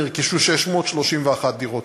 נרכשו 631 דירות